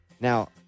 Now